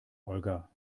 olga